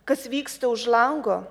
kas vyksta už lango